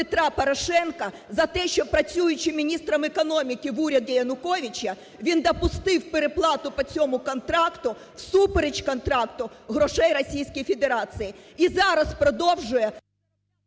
Петра Порошенка за те, що, працюючи міністром економіки в уряді Януковича, він допустив переплату по цьому контракту всупереч контракту грошей Російської Федерації. І зараз продовжує…